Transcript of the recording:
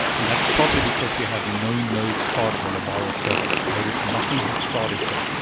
and that's probably because we have no node started on the virl server. notice nothing has started here.